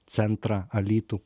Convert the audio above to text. centrą alytų